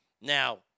Now